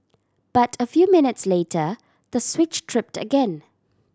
but a few minutes later the switch tripped again